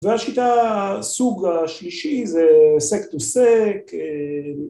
‫והשיטה הסוג השלישי זה סק-טו-סק.